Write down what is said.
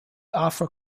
offer